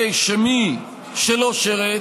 הרי שמי שלא שירת,